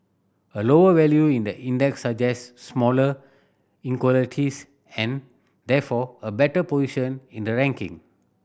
a lower value in the index suggests smaller and therefore a better position in the ranking